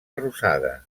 rosada